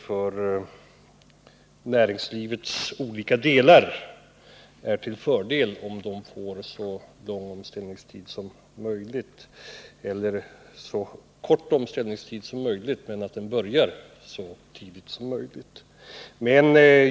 För näringslivets olika sektorer är det en fördel om man får kort omställningstid men kan börja så tidigt som möjligt.